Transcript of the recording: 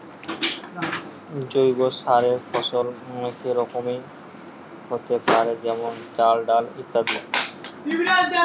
জৈব চাষের ফসল অনেক রকমেরই হোতে পারে যেমন চাল, ডাল ইত্যাদি